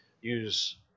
use